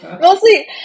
Mostly